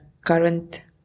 current